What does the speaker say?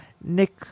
Nick